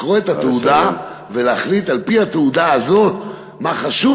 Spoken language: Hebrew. לקרוא את התעודה ולהחליט על-פי התעודה הזאת במה חשוב